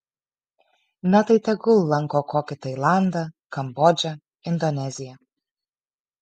na tai tegul lanko kokį tailandą kambodžą indoneziją